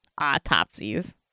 Autopsies